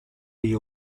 you